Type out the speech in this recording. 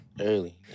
Early